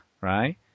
right